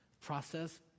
process